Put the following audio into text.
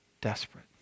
desperate